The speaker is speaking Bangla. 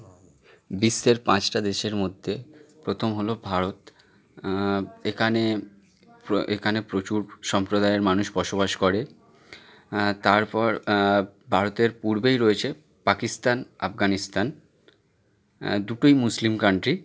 বিশ্বের পাঁচটা দেশের মধ্যে প্রথম হলো ভারত এখানে প্র এখানে প্রচুর সম্প্রদায়ের মানুষ বসবাস করে তারপর ভারতের পূর্বেই রয়েছে পাকিস্তান আফগানিস্তান দুটোই মুসলিম কান্ট্রি